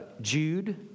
Jude